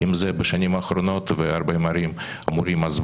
עם זה בשנים האחרונות והרבה מורים עזבו.